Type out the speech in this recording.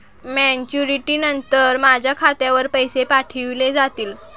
Maturity नंतर माझ्या खात्यावर पैसे पाठविले जातील?